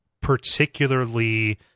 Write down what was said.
particularly